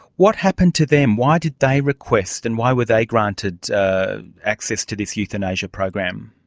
what happened to them? why did they request and why were they granted access to this euthanasia program?